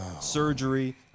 surgery